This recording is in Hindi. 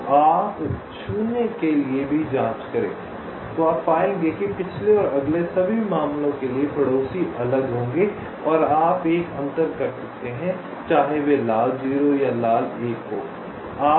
तो आप शून्य के लिए भी जाँच करें तो आप पाएंगे कि पिछले और अगले सभी 4 मामलों के लिए पड़ोसी अलग होंगे और आप एक अंतर कर सकते हैं चाहे वे लाल 0 या लाल 1 हों